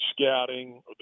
scouting